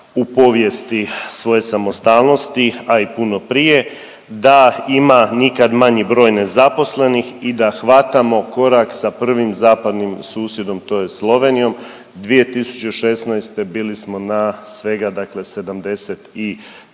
u povijesti svoje samostalnosti, a i puno prije, da ima nikad manji broj nezaposlenih i da hvatamo korak sa prvim zapadnim susjedom tj. Slovenijom, 2016. bili smo na svega dakle 73%